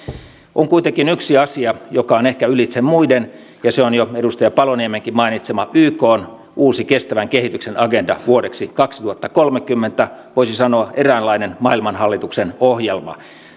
on kuitenkin yksi asia joka on ehkä ylitse muiden ja se on jo edustaja paloniemenkin mainitsema ykn uusi kestävän kehityksen agenda vuodeksi kaksituhattakolmekymmentä voisi sanoa eräänlainen maailman hallituksen ohjelma